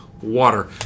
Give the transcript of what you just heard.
Water